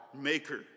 maker